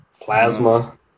Plasma